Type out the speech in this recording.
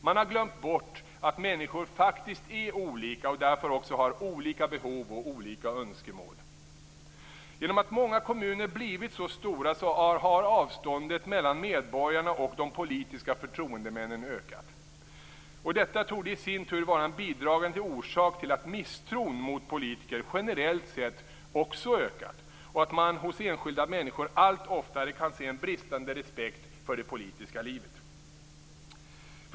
Man har glömt bort att människor faktiskt är olika och därför också har olika behov och önskemål. Genom att många kommuner blivit så stora har avståndet mellan medborgarna och de politiska förtroendemännen ökat. Detta torde i sin tur vara en bidragande orsak till att misstron mot politiker generellt sett också ökat och att man hos enskilda människor allt oftare kan se en bristande respekt för det politiska livet.